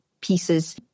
pieces